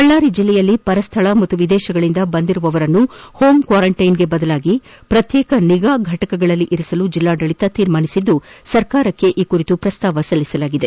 ಬಳ್ಳಾರಿ ಜಿಲ್ಲೆಯಲ್ಲಿ ಪರಸ್ಥಳ ಮತ್ತು ವಿದೇಶಗಳಿಂದ ಬಂದಿರುವವರನ್ನು ಹೋಂ ಕ್ವಾರಂಟೈನ್ಗೆ ಬದಲಾಗಿ ಪ್ರತ್ಯೇಕ ನಿಗಾ ಘಟಕದಲ್ಲಿ ಇರಿಸಲು ಜಿಲ್ಲಾಡಳಿತ ನಿರ್ಧಾರ ಮಾಡಿದ್ದು ಸರ್ಕಾರಕ್ಕೆ ಪ್ರಸ್ತಾವ ಸಲ್ಲಿಸಿದೆ